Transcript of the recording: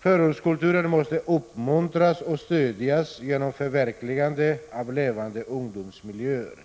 Förortskulturen måste uppmuntras och stödjas genom förverkligande av levande ungdomsmiljöer,